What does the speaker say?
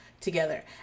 together